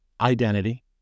identity